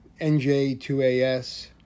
NJ2AS